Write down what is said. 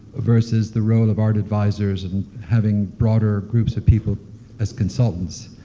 versus the role of art advisers, and having broader groups of people as consultants,